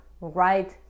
right